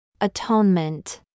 Atonement